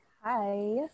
Hi